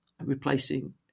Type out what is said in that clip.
replacing